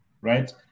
right